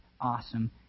awesome